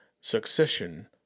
Succession